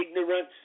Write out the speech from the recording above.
ignorance